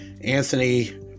Anthony